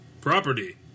property